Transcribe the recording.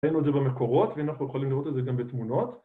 ראינו את זה במקורות והנה אנחנו יכולים לראות את זה גם בתמונות